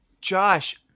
Josh